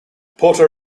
puerto